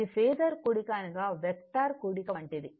ఇది ఫేసర్ కూడిక అనగా వెక్టార్ కూడిక వంటిది